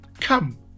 come